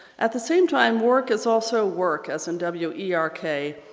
at the same time, work is also werk, as in w e r k.